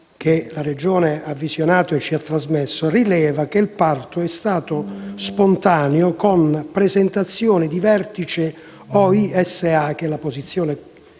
(che la Regione ha visionato e ci ha trasmesso) rileva che il parto è stato spontaneo con presentazione di vertice OISA (che è la posizione